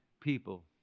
people